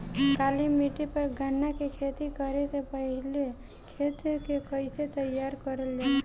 काली मिट्टी पर गन्ना के खेती करे से पहले खेत के कइसे तैयार करल जाला?